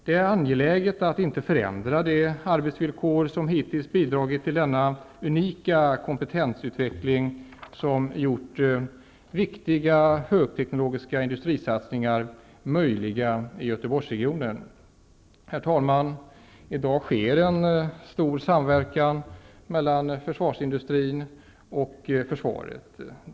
Det är angeläget att inte förändra de arbetsvillkor som hittills bidragit till denna unika kompetensutveckling, som gjort viktiga högteknologiska industrisatsningar möjliga i Herr talman! I dag sker en stor samverkan mellan försvarsindustrin och försvaret.